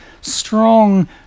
strong